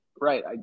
Right